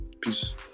peace